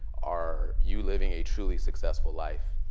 are you living a truly successful life